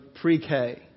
pre-K